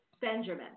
Benjamin